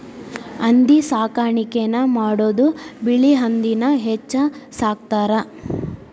ಹಂದಿ ಸಾಕಾಣಿಕೆನ ಮಾಡುದು ಬಿಳಿ ಹಂದಿನ ಹೆಚ್ಚ ಸಾಕತಾರ